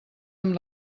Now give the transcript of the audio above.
amb